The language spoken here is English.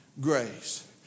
grace